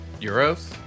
Euros